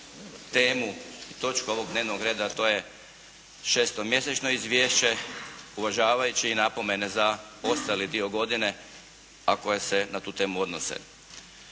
temu, točku ovog dnevnog reda, a to je šestomjesečno izvješće uvažavajući i napomene za ostali dio godine a koje se na tu temu odnose.